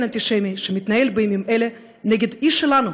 אנטישמי שמתנהל בימים אלה נגד איש שלנו,